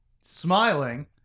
Smiling